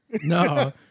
No